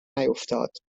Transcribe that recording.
نیفتاد